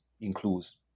includes